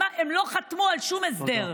הם לא חתמו על שום הסדר.